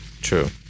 True